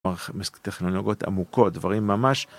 טכנולוגיות עמוקות דברים ממש.